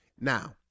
Now